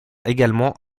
également